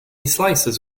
slices